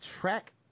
track